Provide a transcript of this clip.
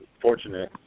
fortunate